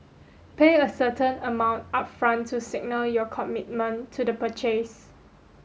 pay a certain amount upfront to signal your commitment to the purchase